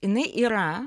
jinai yra